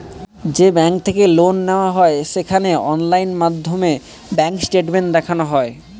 যে ব্যাঙ্ক থেকে লোন নেওয়া হয় সেখানে অনলাইন মাধ্যমে ব্যাঙ্ক স্টেটমেন্ট দেখানো হয়